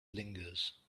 lingers